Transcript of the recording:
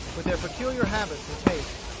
with their peculiar habits and tastes,